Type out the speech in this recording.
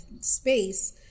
space